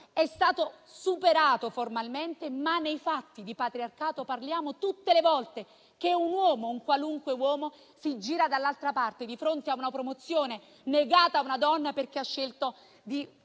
è stato superato formalmente; ma nei fatti di patriarcato parliamo tutte le volte che un uomo, un qualunque uomo, si gira dall'altra parte di fronte a una promozione negata a una donna perché ha scelto di